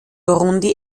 burundi